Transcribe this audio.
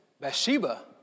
Bathsheba